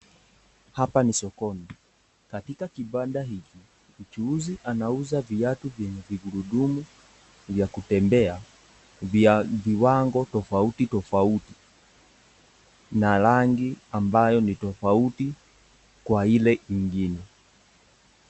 Sokoni na katika kibanda hiki ,mchuuzi anauza viatu vyenye vigurundumu vya kutembea vya viwango tofauti tofauti na rangi ambayo ni tofauti kwa ile ingine.